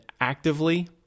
actively